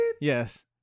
Yes